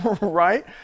right